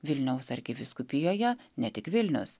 vilniaus arkivyskupijoje ne tik vilnius